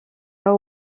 pas